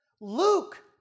Luke